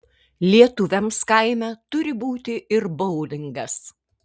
lietuviams kaime turi būti ir boulingas